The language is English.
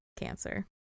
cancer